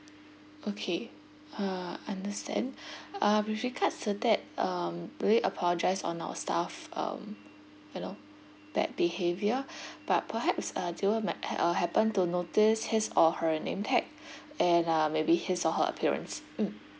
okay uh understand uh with regards to that um really apologise on our staff um you know bad behaviour but perhaps uh do you might uh happen to notice his or her name tag and uh maybe his or her appearance mm